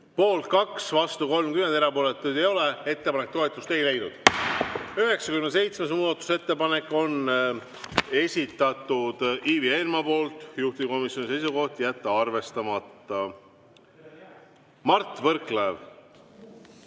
Poolt 2, vastu 30, erapooletuid ei ole. Ettepanek toetust ei leidnud. 97. muudatusettepaneku on esitanud Ivi Eenmaa, juhtivkomisjoni seisukoht on jätta see arvestamata. Mart Võrklaev!